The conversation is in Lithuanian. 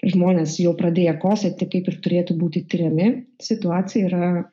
žmonės jau pradėję kosėti kaip ir turėtų būti tiriami situacija yra